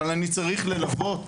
אבל אני צריך ללוות,